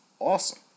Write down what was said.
awesome